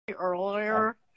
earlier